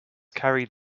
carried